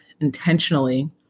intentionally